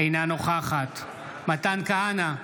אינה נוכחת מתן כהנא,